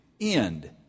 end